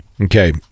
okay